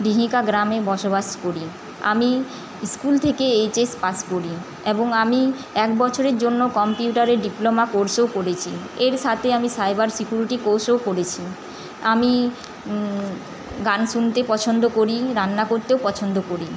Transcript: ডিহিকা গ্রামে বসবাস করি আমি স্কুল থেকে এইচএস পাস করি এবং আমি এক বছরের জন্য কম্পিউটারে ডিপ্লোমা কোর্সও করেছি এর সাথে আমি সাইবার সিকুউরিটি কোর্সও করেছি আমি গান শুনতে পছন্দ করি রান্না করতেও পছন্দ করি